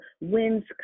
winds